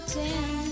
ten